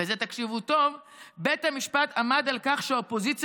ותקשיבו טוב: "בית המשפט עמד על כך שהאופוזיציה